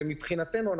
ומבחינתנו,